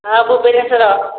ହଁ ଭୁବନେଶ୍ୱର